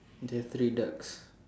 there are three ducks